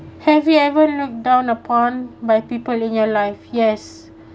have you ever looked down upon by people in your life yes